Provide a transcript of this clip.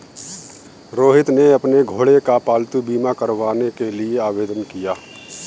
रोहित ने अपने घोड़े का पालतू बीमा करवाने के लिए आवेदन किया